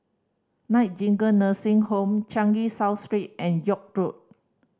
Nightingale Nursing Home Changi South Street and York Road